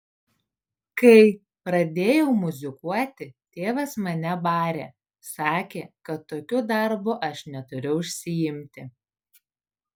kai pradėjau muzikuoti tėvas mane barė sakė kad tokiu darbu aš neturiu užsiimti